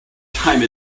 time